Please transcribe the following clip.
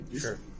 sure